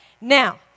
Now